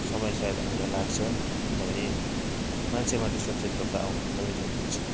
समय सायद हामीलाई लाग्छ किनभने मान्छेमा त्यो सचेतता आउनु एकदमै जरुरी छ